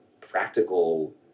practical